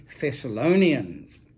Thessalonians